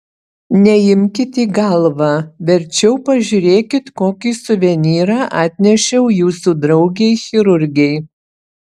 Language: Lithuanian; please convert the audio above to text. neimkit į galvą verčiau pažiūrėkit kokį suvenyrą atnešiau jūsų draugei chirurgei